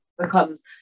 becomes